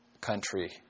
country